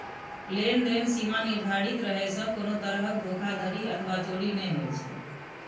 लेनदेन सीमा निर्धारित रहै सं कोनो तरहक धोखाधड़ी अथवा चोरी नै होइ छै